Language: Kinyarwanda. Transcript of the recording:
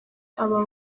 aba